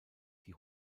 die